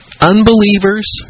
unbelievers